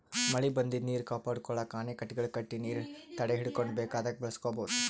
ಮಳಿ ಬಂದಿದ್ದ್ ನೀರ್ ಕಾಪಾಡ್ಕೊಳಕ್ಕ್ ಅಣೆಕಟ್ಟೆಗಳ್ ಕಟ್ಟಿ ನೀರ್ ತಡೆಹಿಡ್ಕೊಂಡ್ ಬೇಕಾದಾಗ್ ಬಳಸ್ಕೋಬಹುದ್